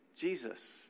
Jesus